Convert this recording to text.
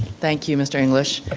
thank you, mr. english.